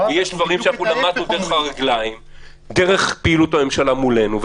יש דברים שלמדנו דרך פעילות הממשלה מולנו.